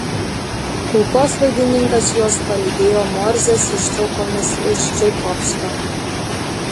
kulkosvaidininkas juos palydėjo morzės ištraukomis iš čaikovskio